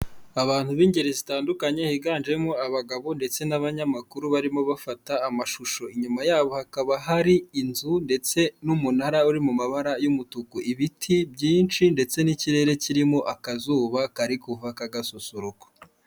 Abantu b'ingeri zitandukanye higanjemo abagabo ndetse n'abanyamakuru barimo bafata amashusho, inyuma yabo hakaba hari inzu ndetse n'umunara uri mu mabara y'umutuku, ibiti byinshi ndetse n'ikirere kirimo akazuba kari kuva k'agasusuruko.